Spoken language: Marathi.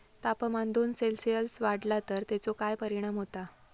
तापमान दोन सेल्सिअस वाढला तर तेचो काय परिणाम होता?